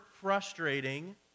frustrating